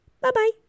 Bye-bye